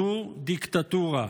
זו דיקטטורה.